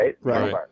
right